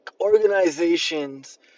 organizations